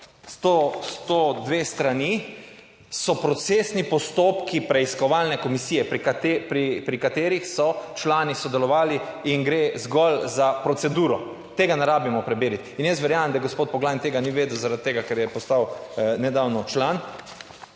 100, 102 strani so procesni postopki preiskovalne komisije, pri katerih so člani sodelovali in gre zgolj za proceduro. Tega ne rabimo preveriti, in jaz verjamem, da gospod Poglajen tega ni vedel zaradi tega, ker je postal nedavno član